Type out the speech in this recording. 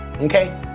okay